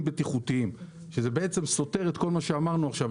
בטיחותיים שזה בעצם סותר את כל מה שאמרנו עכשיו.